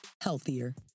healthier